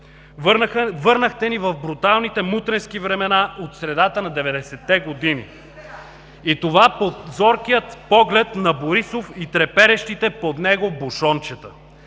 Върнахте ни в бруталните „мутренски времена“ от средата на 90-те години. И това под зоркия поглед на Борисов и треперещите под него „бушончета“.